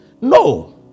No